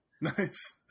Nice